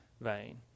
vain